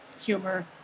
humor